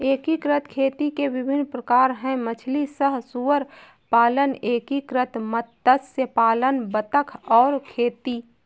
एकीकृत खेती के विभिन्न प्रकार हैं मछली सह सुअर पालन, एकीकृत मत्स्य पालन बतख और खेती